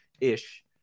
ish